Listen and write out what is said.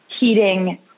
heating